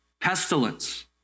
Pestilence